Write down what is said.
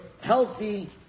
healthy